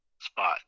spot